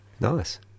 Nice